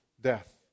Death